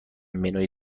منوی